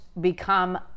become